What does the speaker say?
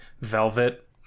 velvet